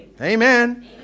Amen